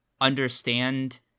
understand